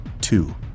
two